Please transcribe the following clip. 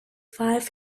five